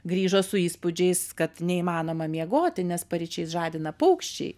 grįžo su įspūdžiais kad neįmanoma miegoti nes paryčiais žadina paukščiai